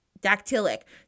dactylic